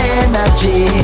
energy